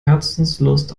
herzenslust